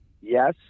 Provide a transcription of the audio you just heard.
yes